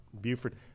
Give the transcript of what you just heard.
Buford